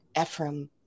Ephraim